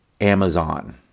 Amazon